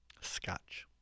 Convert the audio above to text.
Scotch